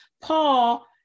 Paul